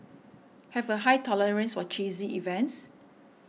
have a high tolerance for cheesy events